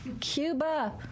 Cuba